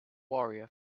warrior